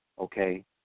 okay